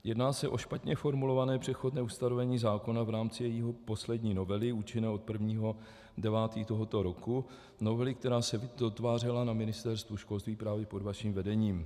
Jedná se o špatně formulované přechodné ustanovení zákona v rámci jeho poslední novely účinné od 1. 9. tohoto roku, novely, která se dotvářela na Ministerstvu školství právě pod vaším vedením.